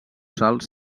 salts